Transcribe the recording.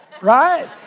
right